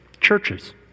Churches